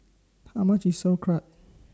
How much IS Sauerkraut